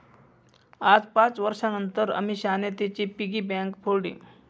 आज पाच वर्षांनतर अमीषाने तिची पिगी बँक फोडली